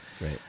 Right